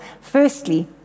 Firstly